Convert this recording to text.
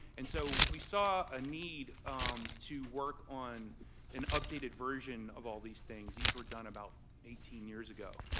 and so we saw a need um to work on an updated version of all these things. these were done about eighteen years ago